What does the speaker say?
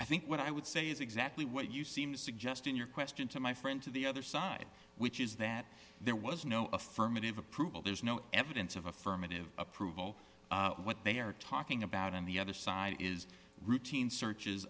i think what i would say is exactly what you seem to suggest in your question to my friend to the other side which is that there was no affirmative approval there's no evidence of affirmative approval what they are talking about on the other side is routine searches